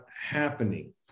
happening